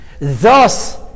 Thus